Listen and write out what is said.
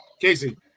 Casey